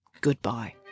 goodbye